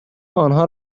آنها